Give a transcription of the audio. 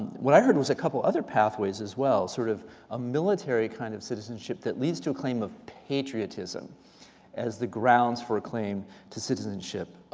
what i heard was a couple of other pathways as well. sort of a military kind of citizenship that leads to a claim of patriotism as the grounds for a claim to citizenship.